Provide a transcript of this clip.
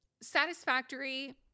satisfactory